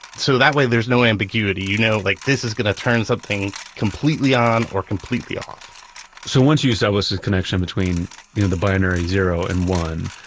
so that way there's no ambiguity, you know like this is going to turn something something completely on or completely off so once you establish this connection between you know the binary zero and one,